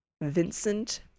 Vincent